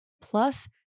Plus